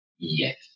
Yes